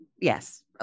yes